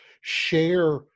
share